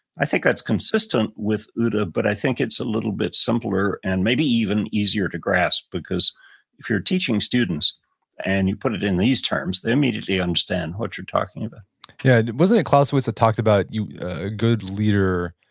i think that's consistent with ooda, but i think it's a little bit simpler and maybe even easier to grasp because if you're teaching students and you put it in these terms, they immediately understand what you're talking about yeah. and wasn't it clausewitz that talked about a good leader,